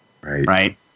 Right